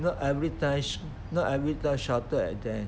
not every time sho~ not every time shouted at them